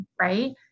right